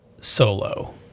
Solo